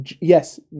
Yes